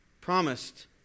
Promised